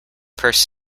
purse